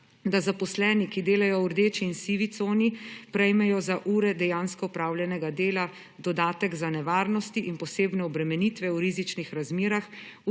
da zaposleni, ki delajo v rdeči in sivi coni, prejmejo za ure dejansko opravljenega dela dodatek za nevarnosti in posebne obremenitve v rizičnih razmerah